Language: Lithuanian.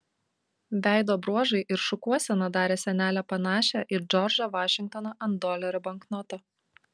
veido bruožai ir šukuosena darė senelę panašią į džordžą vašingtoną ant dolerio banknoto